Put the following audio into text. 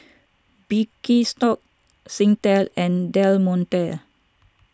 Birkenstock Singtel and Del Monte